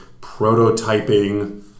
prototyping